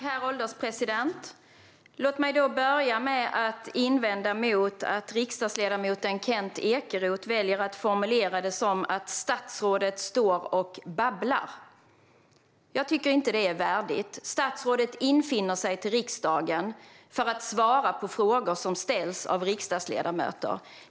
Herr ålderspresident! Låt mig börja med att invända mot att riksdagsledamoten Kent Ekeroth väljer att formulera det som att statsrådet står och babblar. Jag tycker inte att detta är värdigt. Statsrådet infinner sig i riksdagen för att svara på frågor som ställs av riksdagsledamöter.